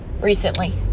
recently